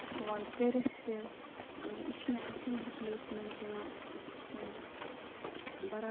child یِم کَران چھِ یِم شُرۍ یِم حرکَت کَران چھِ بہٕ چھَس سُہ تہِ کَران